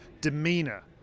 demeanor